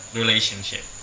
relationship